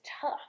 tough